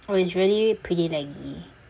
oh it's really pretty laggy